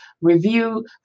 review